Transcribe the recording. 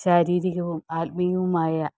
ശാരീരികവും ആത്മികവുമായ